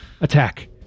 Attack